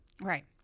Right